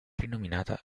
rinominata